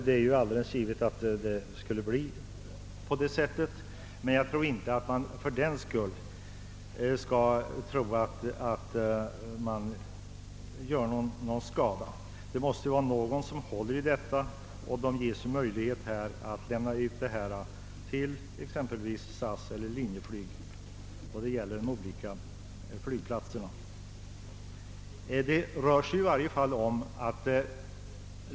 Det är alldeles givet att så skulle bli förhållandet, men jag tror inte att fördenskull någon skada sker. Det måste vara någon som håller i det: hela och som skall ha möjlighet att lämna uttjänsten till exempelvis SAS eller Linjeflyg, i vad avser de olika flygplatserna.